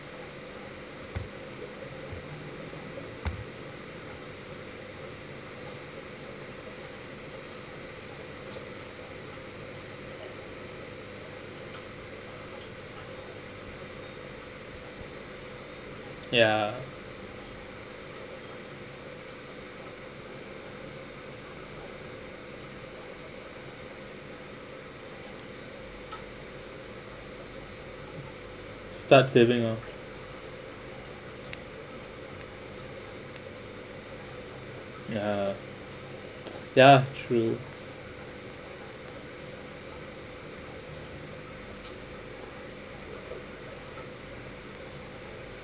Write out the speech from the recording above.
ya start saving oh ya ya true